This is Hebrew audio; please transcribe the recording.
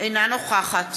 אינה נוכחת